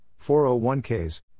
401ks